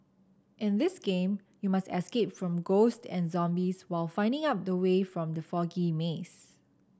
in this game you must escape from ghosts and zombies while finding up the way from the foggy maze